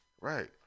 Right